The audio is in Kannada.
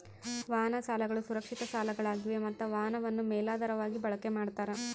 ವಾಹನ ಸಾಲಗಳು ಸುರಕ್ಷಿತ ಸಾಲಗಳಾಗಿವೆ ಮತ್ತ ವಾಹನವನ್ನು ಮೇಲಾಧಾರವಾಗಿ ಬಳಕೆ ಮಾಡ್ತಾರ